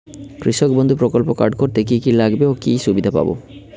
কৃষক বন্ধু প্রকল্প কার্ড করতে কি কি লাগবে ও কি সুবিধা পাব?